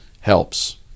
helps